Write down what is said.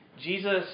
Jesus